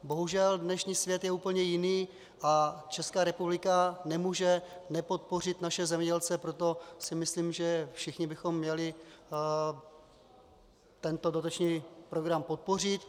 Bohužel, dnešní svět je úplně jiný a Česká republika nemůže nepodpořit naše zemědělce, proto si myslím, že všichni bychom měli tento dotační program podpořit.